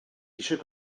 eisiau